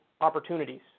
opportunities